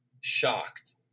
shocked